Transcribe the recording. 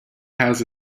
has